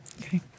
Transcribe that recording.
Okay